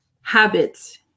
habits